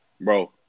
bro